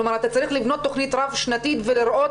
כלומר אתה צריך לבנות תכנית רב שנתית ולראות